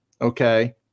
Okay